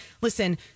listen